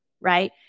right